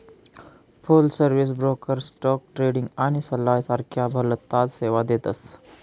फुल service broker stock trading आणि सल्ला सारख्या भलताच सेवा देतस